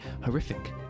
horrific